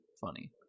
funny